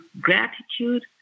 gratitude